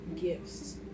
gifts